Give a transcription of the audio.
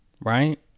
Right